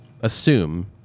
assume